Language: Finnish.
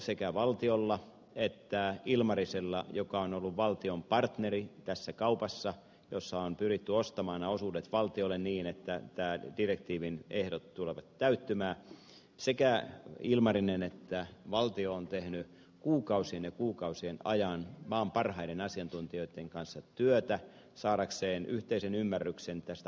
sekä valtio että ilmarinen joka on ollut valtion partneri tässä kaupassa jossa on pyritty ostamaan nämä osuudet valtiolle niin että tämän direktiivin ehdot tulevat täyttymään on tehnyt kuukausien ja kuukausien ajan maan parhaiden asiantuntijoitten kanssa työtä saadakseen yhteisen ymmärryksen tästä arvonmäärityksestä